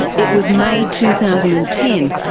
it was may two thousand and ten,